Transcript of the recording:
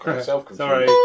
Sorry